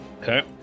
Okay